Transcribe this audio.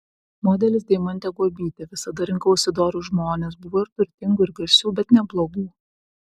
modelis deimantė guobytė visada rinkausi dorus žmones buvo ir turtingų ir garsių bet ne blogų